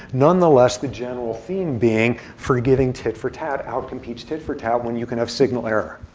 nonetheless, the general theme being forgiving tit for tat out-competes tit for tat when you can have signal error.